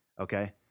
Okay